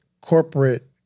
corporate